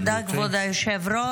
תודה, כבוד היושב-ראש.